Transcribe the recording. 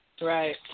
Right